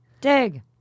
Dig